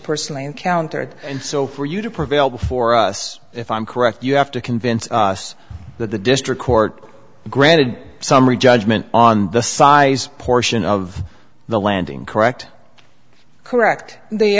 personally encountered and so for you to prevail before us if i'm correct you have to convince us that the district court granted summary judgment on the size portion of the landing correct correct the